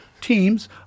teams